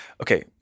Okay